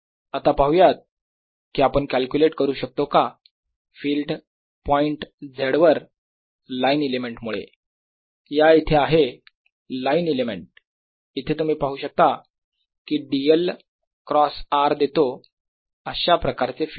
आता पाहुयात कि आपण कॅल्क्युलेट करू शकतो का फिल्ड पॉईंट z वर लाईन एलिमेंट मुळे या इथे आहे लाईन एलिमेंट इथे तुम्ही पाहू शकता की dl क्रॉस r देतो अशा प्रकारचे फिल्ड